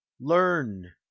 learn